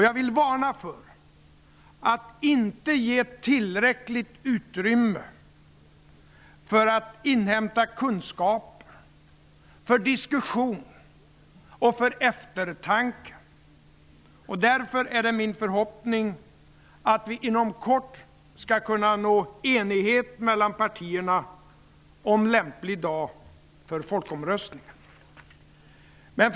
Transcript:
Jag vill varna för att man inte ger dem tillräckligt utrymme för att inhämta kunskap, för diskussion och för eftertanke. Därför är det min förhoppning att vi inom kort skall kunna nå enighet mellan partierna om en lämplig dag för folkomröstningen.